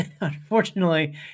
unfortunately